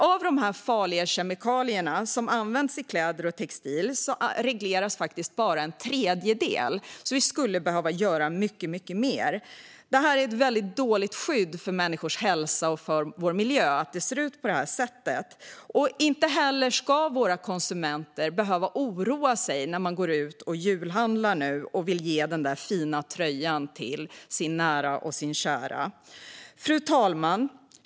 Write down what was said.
Av de farliga kemikalier som används i kläder och textil är det bara en tredjedel som regleras. Vi skulle alltså behöva göra mycket mer. Att det ser ut på detta sätt innebär ett dåligt skydd för människors hälsa och miljö. Våra konsumenter ska inte behöva oroa sig när de går ut och julhandlar och vill ge en fin tröja till någon av sina nära och kära. Fru talman!